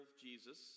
Jesus